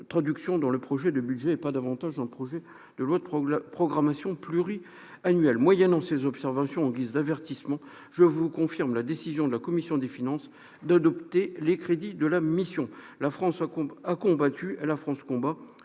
traduction dans le projet de budget et pas davantage dans le projet de loi de programmation pluriannuelle. Moyennant ces observations en guise d'avertissement, je vous confirme la décision de la commission des finances d'adopter les crédits de la mission. La France a combattu et la France combat.